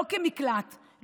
לא כמקלט,